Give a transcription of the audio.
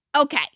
Okay